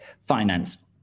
finance